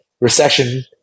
recession